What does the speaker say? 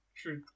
true